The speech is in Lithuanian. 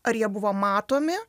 ar jie buvo matomi